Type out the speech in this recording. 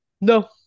No